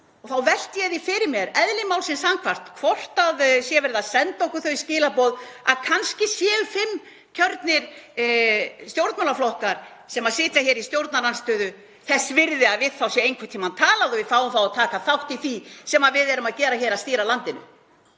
Þá velti ég því fyrir mér eðli málsins samkvæmt hvort verið sé að senda okkur þau skilaboð að kannski séu fimm kjörnir stjórnmálaflokkar sem sitja í stjórnarandstöðu þess virði að við þá sé einhvern tímann talað og við fáum þá að taka þátt í því sem við erum að gera hér, að stýra landinu.